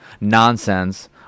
nonsense